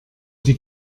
die